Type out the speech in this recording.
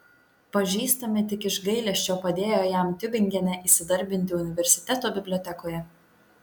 pažįstami tik iš gailesčio padėjo jam tiubingene įsidarbinti universiteto bibliotekoje